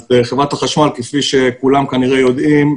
חברת החשמל כפי שכולם כנראה יודעים,